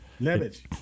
Leverage